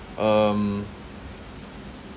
um